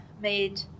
made